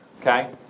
okay